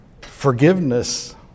forgiveness